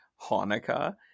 Hanukkah